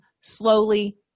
slowly